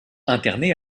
interné